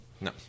No